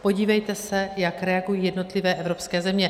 Podívejte se, jak reagují jednotlivé evropské země.